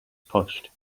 pushed